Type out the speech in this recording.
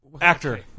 Actor